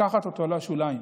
ולקחת אותו לשוליים.